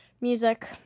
Music